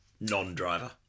non-driver